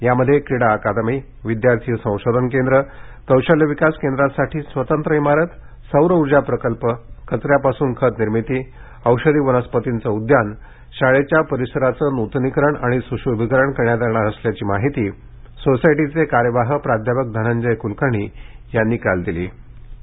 यामध्ये क्रीडा अकादमी विद्यार्थी संशोधन केंद्र कौशल्य विकास केंद्रासाठी स्वतंत्र इमारत सौरऊर्जा प्रकल्प कचऱ्यापासून खतनिर्मिती औषधी वनस्पतींचं उद्यान शाळेच्या परिसराचं नृतनीकरण आणि सुशोभिकरण करण्यात येणार असल्याची माहिती सोसायटीचे कार्यवाह प्राध्यापक धनंजय कुलकर्णी यांनी काल पत्रकार परिषदेत दिली